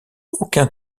aucun